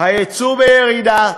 היצוא בירידה,